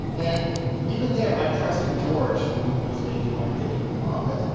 and even there, i'm trusting george, who is making my bacon-weave omelet,